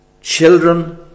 Children